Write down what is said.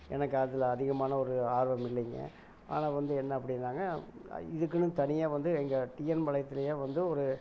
எனக்கு அதில் அதிகமான ஒரு ஆர்வம் இல்லைங்க ஆனால் வந்து என்ன அப்படின்னாங்க இதுக்குன்னு தனியாக வந்து எங்கள் டிஎன் பாளயத்துலேயே வந்து ஒரு